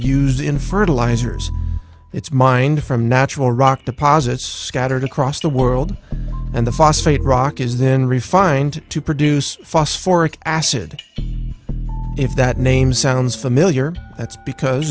used in fertilizers its mind from natural rock deposits scattered across the world and the phosphate rock is then refined to produce phosphor of acid if that name sounds familiar it's because